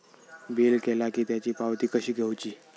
Bill केला की त्याची पावती कशी घेऊची?